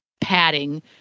padding